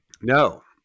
no